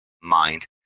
mind